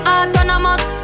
Autonomous